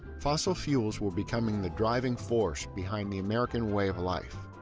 fossil fuels were becoming the driving force behind the american way of life.